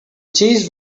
cheese